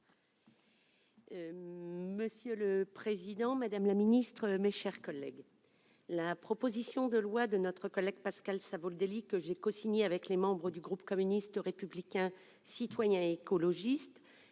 Monsieur le président, madame la ministre, mes chers collègues, la proposition de loi de Pascal Savoldelli, que j'ai cosignée avec les membres du groupe communiste républicain citoyen et écologiste,